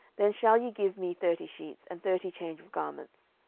then shall ye give me thirty sheets and thirty change of garments.